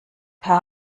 per